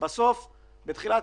מסלולים,